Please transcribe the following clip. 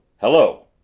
Hello